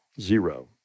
zero